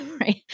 Right